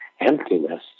emptiness